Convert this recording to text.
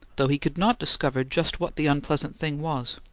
though he could not discover just what the unpleasant thing was.